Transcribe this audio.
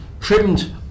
trimmed